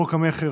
חוק המכר,